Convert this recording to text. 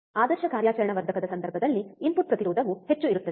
ಆದರ್ಶ ಕಾರ್ಯಾಚರಣಾ ವರ್ಧಕದ ಸಂದರ್ಭದಲ್ಲಿ ಇನ್ಪುಟ್ ಪ್ರತಿರೋಧವು ಹೆಚ್ಚು ಇರುತ್ತದೆ